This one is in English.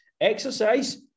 Exercise